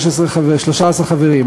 13 חברים.